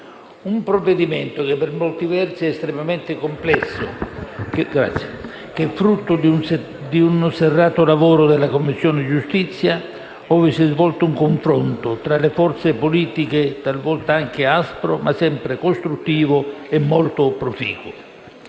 un provvedimento per molti versi estremamente complesso, frutto di un serrato lavoro della Commissione giustizia, ove si è svolto un confronto tra le forze politiche, talvolta anche aspro ma sempre costruttivo e molto proficuo.